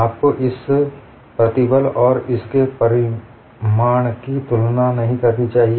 आपको इस प्रतिबल और इस के परिमाण की तुलना नहीं करनी चाहिए